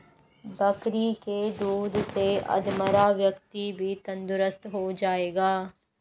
बकरी के दूध से अधमरा व्यक्ति भी तंदुरुस्त हो जाएगा